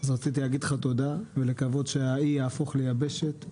אז רציתי לומר לך תודה ולקוות שהאי יהפוך ליבשת.